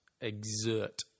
exert